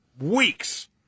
weeks